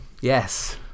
Yes